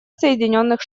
соединенных